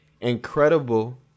Incredible